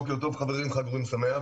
בוקר טוב חברים, חג אורים שמח.